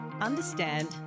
understand